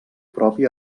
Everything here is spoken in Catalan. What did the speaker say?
propi